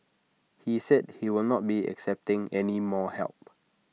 he said he will not be accepting any more help